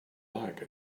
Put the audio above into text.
like